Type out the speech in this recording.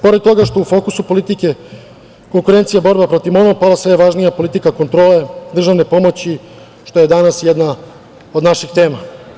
Pored toga što u fokusu politike konkurencija je borba protiv monopola, sve je važnija politika kontrole državne pomoći, što je danas jedna od naših tema.